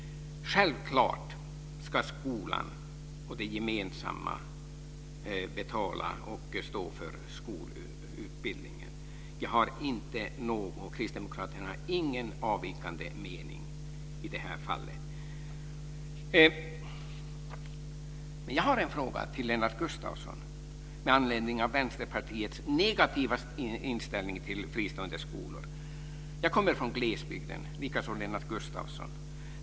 Självklart ska skolan och det gemensamma betala och stå för skolutbildningen. Kristdemokraterna har inte någon avvikande mening i det avseendet. Jag har en fråga till Lennart Gustavsson med anledning av Vänsterpartiets negativa inställning till fristående skolor. Jag kommer liksom Lennart Gustavsson från glesbygden.